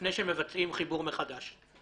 לפני שמבצעים חיבור מחדש.